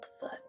foot